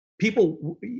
people